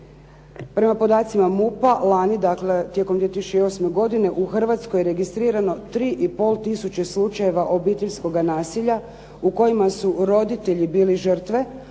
prema podacima MUP-a lani dakle tijekom 2008. godine u Hrvatskoj registrirano 3 i pol tisuće slučajeva obiteljskoga nasilja u kojima su roditelji bili žrtve,